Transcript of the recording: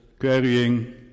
carrying